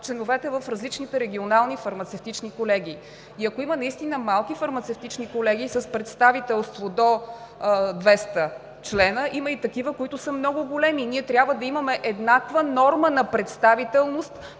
членовете в различните регионални фармацевтични колегии. И ако има наистина малки фармацевтични колегии с представителство до 200 члена, има и такива, които са много големи. Ние трябва да имаме еднаква норма на представителност,